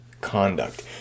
conduct